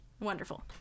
wonderful